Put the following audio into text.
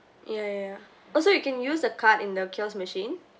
ya ya ya also you can use the card in the kiosk machine